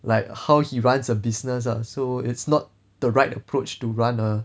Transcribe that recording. like how he runs a business lah so it's not the right approach to run a